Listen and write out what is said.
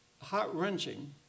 heart-wrenching